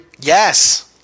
Yes